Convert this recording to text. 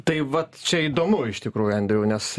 tai vat čia įdomu iš tikrųjų andriau nes